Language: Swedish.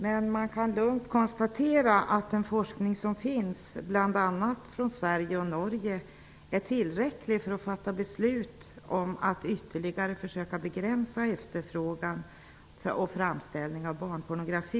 Men man kan lugnt konstatera att den forskning som finns bl.a. från Sverige och Norge är tillräcklig för ett beslut om att ytterligare försöka begränsa efterfrågan på och framställning av barnpornografi.